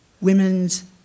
women's